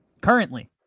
Currently